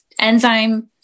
enzyme